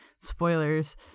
spoilers